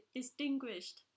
distinguished